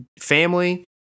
family